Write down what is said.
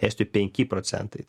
estijoj penki procentai